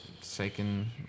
Second